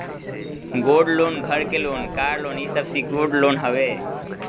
gold loan, घर के loan, car loan इ सब सिक्योर्ड लोन हवे